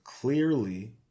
clearly